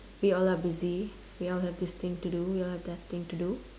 we all are busy we all have this thing to do we all have that thing to do